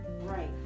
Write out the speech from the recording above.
right